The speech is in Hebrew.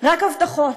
רק הבטחות.